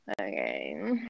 Okay